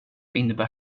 innebär